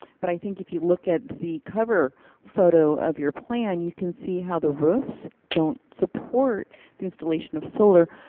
but if think if you look at the cover photo of your plan, you can see how the roofs don't support the installation of solar,